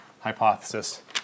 hypothesis